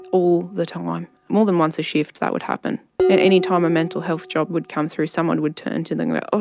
all the time. more than once a shift that would happen at anytime. a mental health job would come through, someone would turn to then go oh,